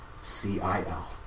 C-I-L